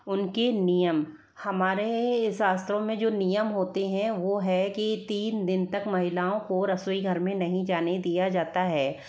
उनके नियम हमारे शास्त्रों में जो नियम होते हैं वो है कि तीन दिन तक महिलाओं को रसोई घर में नहीं जाने दिया जाता है